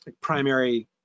primary